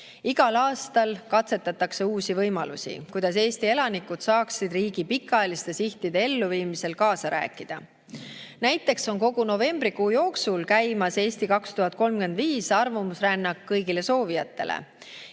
Igal aastal katsetatakse uusi võimalusi, kuidas Eesti elanikud saaksid riigi pikaajaliste sihtide elluviimisel kaasa rääkida. Näiteks on kogu novembrikuu jooksul käimas strateegia "Eesti 2035" arvamusrännak kõigile soovijatele.